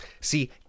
See